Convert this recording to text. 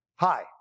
Hi